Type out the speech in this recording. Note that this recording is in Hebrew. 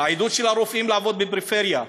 עידוד של הרופאים לעבוד בפריפריה,